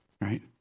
Right